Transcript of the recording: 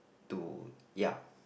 to ya